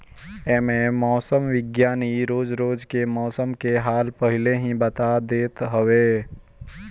एमे मौसम विज्ञानी रोज रोज के मौसम के हाल पहिले ही बता देत हवे